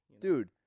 Dude